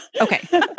Okay